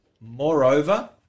Moreover